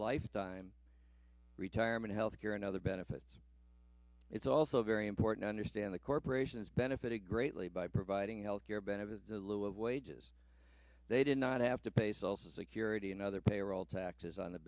lifetime retirement health care and other benefits it's also very important understand the corporations benefit greatly by providing health care benefits to lieu of wages they did not have to pay sulfa security and other payroll taxes on the